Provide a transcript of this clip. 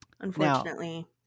unfortunately